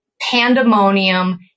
pandemonium